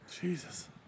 Jesus